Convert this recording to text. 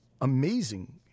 amazing